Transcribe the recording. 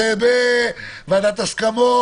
צריך ועדת הסכמות,